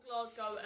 Glasgow